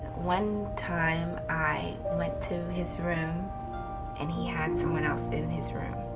one time, i went to his room and he had someone else in his room.